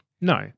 No